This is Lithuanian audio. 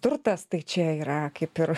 turtas tai čia yra kaip ir